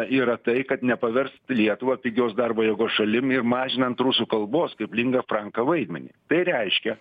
yra tai kad nepaverst lietuvą pigios darbo jėgos šalim ir mažinant rusų kalbos kaip lingua franca vaidmenį tai reiškia